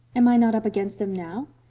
am i not up against them now?